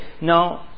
no